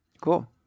Cool